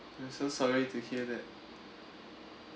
I'm so sorry to hear that